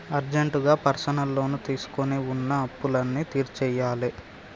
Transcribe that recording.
అర్జెంటుగా personal loan తీసుకొని వున్న అప్పులన్నీ తీర్చేయ్యాలే